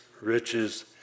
riches